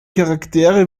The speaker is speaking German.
charaktere